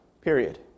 Period